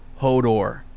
Hodor